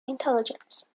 intelligence